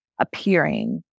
appearing